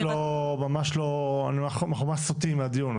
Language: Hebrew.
אנחנו ממש סוטים מהדיון,